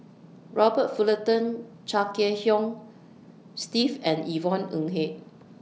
Robert Fullerton Chia Kiah Hong Steve and Yvonne Ng Uhde